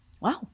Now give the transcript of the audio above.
wow